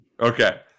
Okay